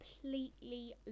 completely